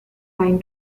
line